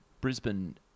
Brisbane